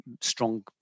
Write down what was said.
strong